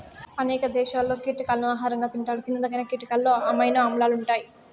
అనేక దేశాలలో కీటకాలను ఆహారంగా తింటారు తినదగిన కీటకాలలో అమైనో ఆమ్లాలు ఉంటాయి